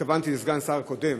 התכוונתי לסגן השר הקודם